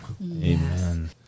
Amen